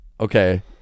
Okay